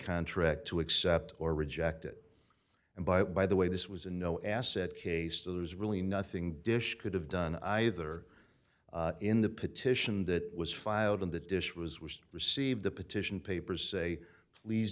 contract to accept or reject it and by the by the way this was a no asset case there's really nothing dish could have done either in the petition that was filed in that dish was was received the petition papers say please